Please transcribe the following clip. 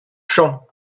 champ